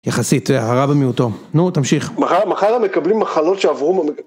יחסית, הרע במיעוטו. נו, תמשיך. מחר הם מקבלים מחלות שעברו...